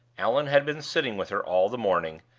allan had been sitting with her all the morning,